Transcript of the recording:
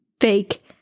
fake